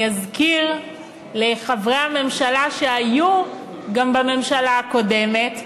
אני אזכיר לחברי הממשלה שהיו גם בממשלה הקודמת,